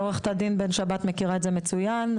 עורכת הדין בן שבת מכירה את זה מצוין.